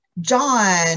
John